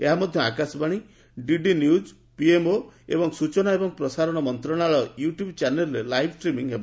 ଏହା ମଧ୍ଧ Akashvani DD news PMO ଏବଂ ସୂଚନା ଏବଂ ପ୍ରସାରଣ ମନ୍ତଶାଳୟ ୟୁଟ୍ୟୁବ୍ ଚ୍ୟାନେଲ୍ରେ ଲାଇଭ୍ ଷ୍ଟିମିଂ ହେବ